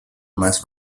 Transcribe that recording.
más